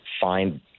find